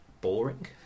boring